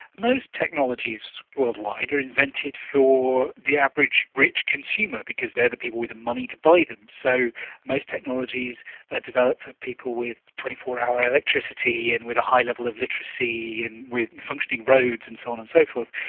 most technologies worldwide are invented for the average rich consumer because they are the people with the money to buy them, so most technologies are developed for people with twenty four hour electricity and with a high level of literacy and with functioning roads and so on and so forth.